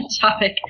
topic